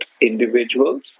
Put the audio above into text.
individuals